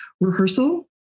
rehearsal